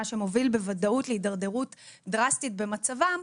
מה שמוביל בוודאות להתדרדרות דרסטית במצבם,